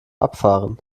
abfahren